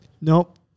Nope